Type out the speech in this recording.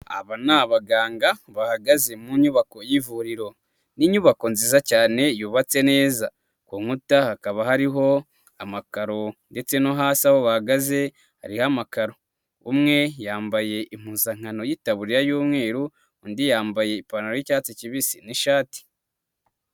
Aba ni abaganga bahagaze mu inyubako y'ivuriro. Ni inyubako nziza cyane y'ubatse neza ku nkuta hakaba hariho amakaro ndetse no hasi aho bahagaze hari amakaro, umwe yambaye impuzankano y'itaburiya y'umweru, undi yambaye ipantaro yicyatsi kibisi n'ishati.